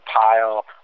pile